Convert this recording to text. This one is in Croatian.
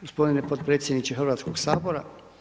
Gospodine potpredsjedniče Hrvatskoga sabora.